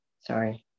sorry